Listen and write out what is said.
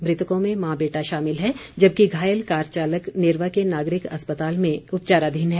मृतकों में मां बेटा शामिल हैं जबकि घायल कार चालक नेरवा के नागरिक अस्पताल में उपचाराधीन है